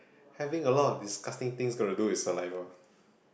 having a lot of disgusting things got to do with saliva